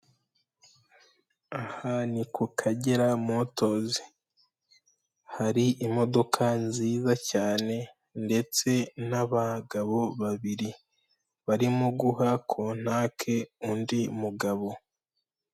Aha ni kukagera Motors, hari imodoka nziza cyane ndetse n'abagabo babiri, barimo guha kontake undi mugabo.